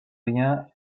rien